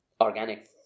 organic